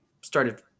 started